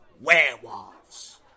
Werewolves